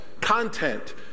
content